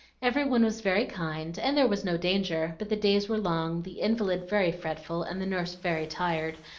every one was very kind, and there was no danger but the days were long, the invalid very fretful, and the nurse very tired,